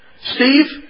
Steve